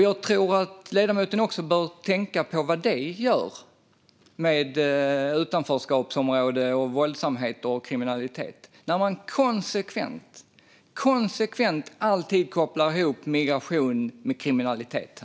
Jag tror att ledamoten också bör tänka på vad det gör för utanförskapsområden, våldsamhet och kriminalitet när man konsekvent, alltid, kopplar ihop migration med kriminalitet.